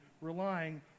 relying